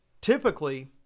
Typically